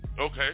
Okay